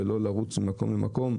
ולא לרוץ ממקום למקום,